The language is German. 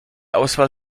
auswahl